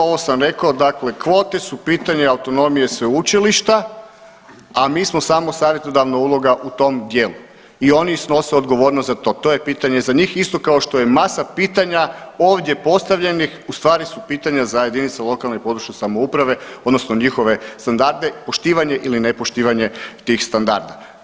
Ovo sam rekao, dakle kvote su pitanje autonomije sveučilišta, a mi smo samo savjetodavna uloga u tom dijelu i oni snose odgovornost za to, to je pitanje za njih, isto kao što je masa pitanja ovdje postavljenih, ustvari su pitanja za jedinice lokalne i područne samouprave odnosno njihove standarde, poštivanje ili nepoštivanje tih standarda.